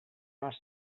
els